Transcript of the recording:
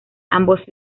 ambos